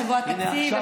שבוע התקציב,